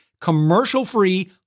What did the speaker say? commercial-free